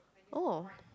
oh